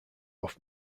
off